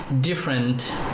different